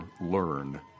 learn